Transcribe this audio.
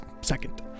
second